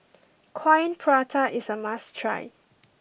Coin Prata is a must try